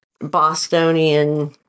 Bostonian